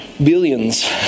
billions